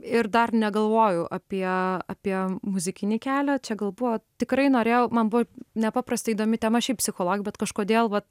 ir dar negalvojau apie apie muzikinį kelią čia gal buvo tikrai norėjau man buvo nepaprastai įdomi tema šiaip psicholog bet kažkodėl va